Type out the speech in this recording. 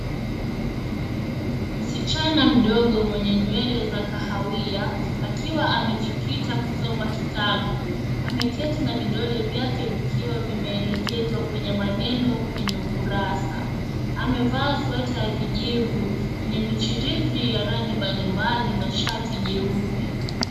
Msichana mdogo mwenye nywele za kahawia, akiwa amejikita kusoma kitabu. Ameketi na vidole vyake vikiwa vimeelekezwa wenye maneno, kwenye ukurasa. Amevaa sweater ya kijivu, yenye michirizi ya rangi mbalimbali na shati jeupe.